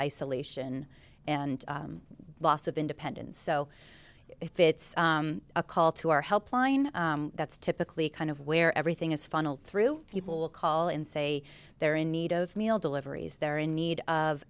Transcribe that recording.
isolation and loss of independence so if it's a call to our helpline that's typically kind of where everything is funneled through people will call in say they're in need of meal deliveries they're in need of